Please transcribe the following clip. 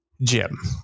Jim